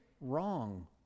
wrong